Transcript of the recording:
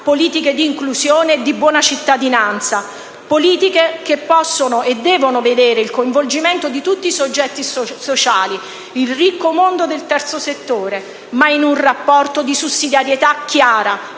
politiche di inclusione e di buona cittadinanza, politiche che possono e devono vedere il coinvolgimento di tutti i soggetti sociali, del ricco mondo del terzo settore, ma in un rapporto di sussidiarietà chiara,